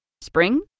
Spring